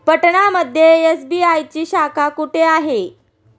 पटना मध्ये एस.बी.आय ची शाखा कुठे आहे?